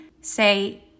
Say